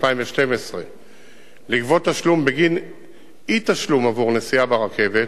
2012 לגבות תשלום בגין אי-תשלום עבור נסיעה ברכבת,